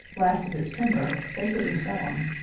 last of its timber they couldn't sell em,